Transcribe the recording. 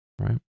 right